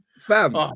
Fam